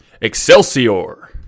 Excelsior